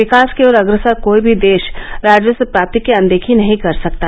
विकास की ओर अग्रसर कोई भी देश राजस्व प्राप्ति की अनदेखी नहीं कर सकता